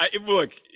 Look